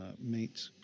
meet